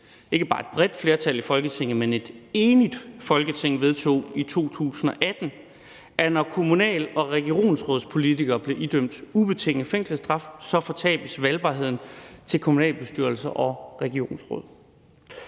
ikke bare et bredt flertal i Folketinget, men et enigt Folketing vedtog i 2018, at når kommunalpolitikere og regionsrådspolitikere blev idømt ubetinget fængselsstraf, fortabes valgbarheden til kommunalbestyrelser og regionsråd.